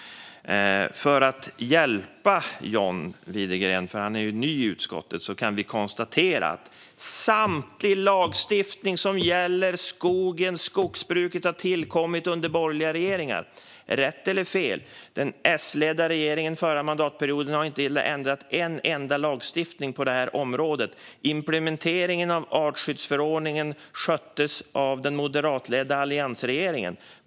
För att hjälpa John Widegren, som ju är ny i utskottet, kan jag konstatera att samtlig lagstiftning som gäller skogen och skogsbruket har tillkommit under borgerliga regeringar. Rätt eller fel - så är det. Den S-ledda regeringen under den förra mandatperioden ändrade inte en enda lagstiftning på det här området. Implementeringen av artskyddsförordningen sköttes av den moderatledda alliansregeringen.